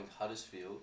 Huddersfield